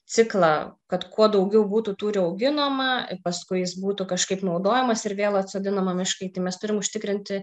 ciklą kad kuo daugiau būtų tūrio auginama paskui jis būtų kažkaip naudojamas ir vėl atsodinam mišką kai mes turim užtikrinti